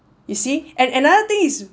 you see and another thing is